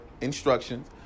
instructions